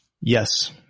Yes